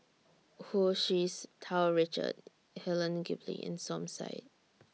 Hu Tsu Tau Richard Helen Gilbey and Som Said